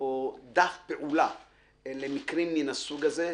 או דף פעולה למקרים מן הסוג הזה.